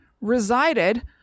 resided